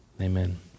amen